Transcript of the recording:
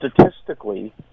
Statistically